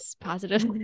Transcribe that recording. positive